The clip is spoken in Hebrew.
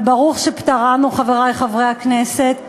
אבל ברוך שפטרנו, חברי חברי הכנסת,